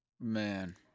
man